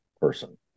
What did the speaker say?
person